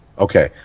Okay